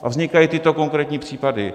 A vznikají tyto konkrétní případy.